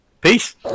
peace